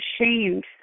ashamed